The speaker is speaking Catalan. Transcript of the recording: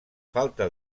falta